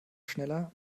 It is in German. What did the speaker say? schneller